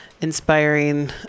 inspiring